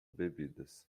bebidas